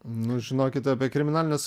nu žinokit apie kriminalines